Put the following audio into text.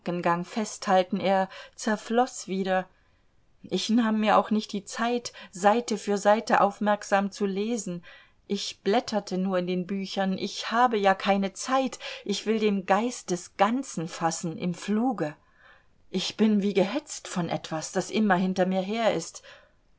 festhalten er zerfloß wieder ich nahm mir auch nicht die zeit seite für seite aufmerksam zu lesen ich blätterte nur in den büchern ich habe ja keine zeit ich will den geist des ganzen fassen im fluge ich bin wie gehetzt von etwas das immer hinter mir her ist